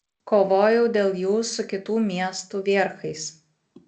kovojau dėl jų su kitų miestų vierchais